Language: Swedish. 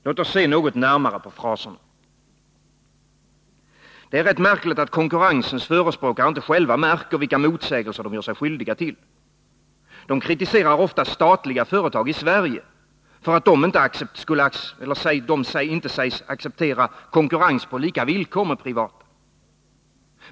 Låt oss se något närmare på fraserna. Det är rätt märkligt att konkurrensens förespråkare inte själva märker vilka motsägelser de gör sig skyldiga till. De kritiserar ofta statliga företag i Sverige för att de inte sägs acceptera konkurrens på lika villkor med privata företag.